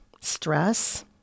stress